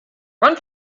run